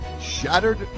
shattered